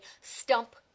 Stump